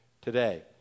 today